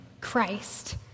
Christ